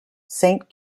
saint